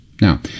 Now